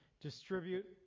distribute